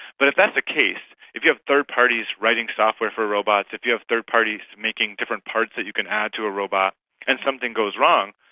but if that's the case, if you have third parties writing software for robots, if you have third parties making different parts that you can add to a robot and something goes wrong,